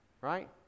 right